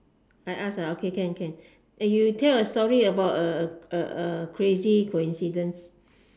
I ask ah okay can can eh you tell a story about a a a crazy coincidence